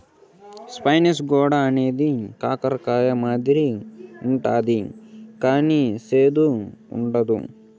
spiny gourd అనేది కాకర కాయ మాదిరి ఉంటది కానీ సేదు ఉండదు